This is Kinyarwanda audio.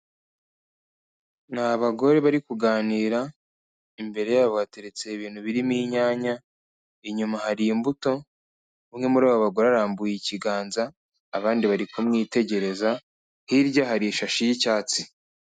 Ni abagore bari kuganira, imbere yabo bateretse ibintu birimo inyanya inyuma hari imbuto, umwe muri abo bagore arambuye ikiganza abandi bari kumwitegereza hirya hari ishashi y'icyatsi.